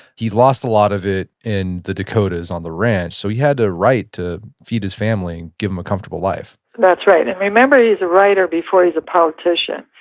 he lost a lot of it in the dakotas on the ranch, so he had to write to feed his family and give them a comfortable life that's right, and remember, he's a writer before he's a politician.